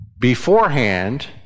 beforehand